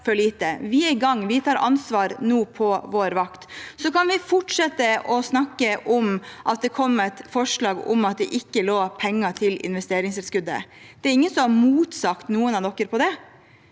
Vi er i gang. Vi tar ansvar nå på vår vakt. Så kan vi fortsette å snakke om at det har kommet forslag, og om at det ikke lå inne penger til investeringstilskuddet. Det er ingen som har motsagt noen på det,